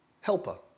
helper